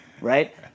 Right